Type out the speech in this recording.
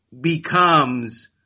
becomes